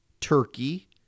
Turkey